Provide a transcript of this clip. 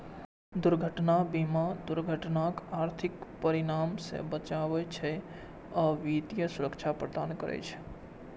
दुर्घटना बीमा दुर्घटनाक आर्थिक परिणाम सं बचबै छै आ वित्तीय सुरक्षा प्रदान करै छै